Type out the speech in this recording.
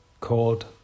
called